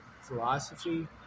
philosophy